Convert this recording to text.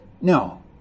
No